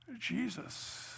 Jesus